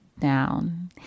down